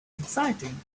exciting